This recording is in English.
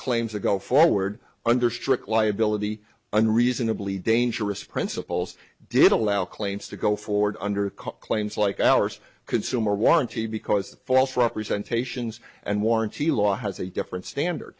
claims that go forward under strict liability unreasonably dangerous principles did allow claims to go forward under claims like ours consumer warranty because false representation and warranty law has a different standard